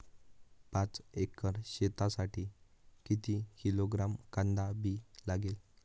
पाच एकर शेतासाठी किती किलोग्रॅम कांदा बी लागेल?